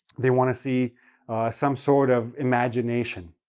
they want to see some sort of imagination,